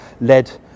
led